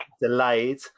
delayed